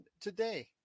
today